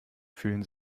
fühlen